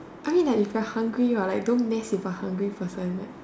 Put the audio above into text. I mean if you are like hungry like don't mess with a hungry person like